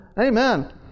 Amen